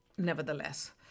Nevertheless